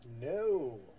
no